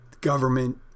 government